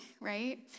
right